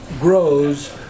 grows